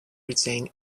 retained